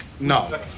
no